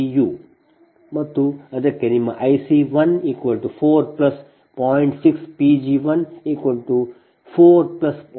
u ಮತ್ತು ಅದಕ್ಕೆ ನಿಮ್ಮ IC 1 4 0